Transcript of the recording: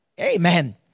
Amen